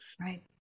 Right